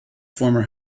former